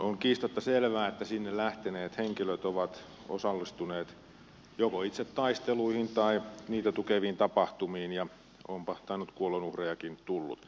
on kiistatta selvää että sinne lähteneet henkilöt ovat osallistuneet joko itse taisteluihin tai niitä tukeviin tapahtumiin ja onpa tainnut kuolonuhrejakin tulla